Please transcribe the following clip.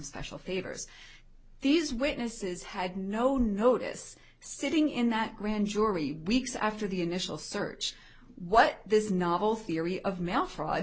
special favors these witnesses had no notice sitting in that grand jury weeks after the initial search what this novel theory of mail fr